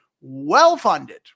well-funded